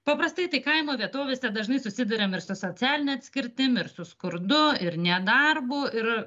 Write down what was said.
paprastai tai kaimo vietovėse dažnai susiduriam ir su socialine atskirtim ir su skurdu ir nedarbu ir